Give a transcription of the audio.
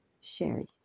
Sherry